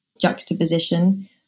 juxtaposition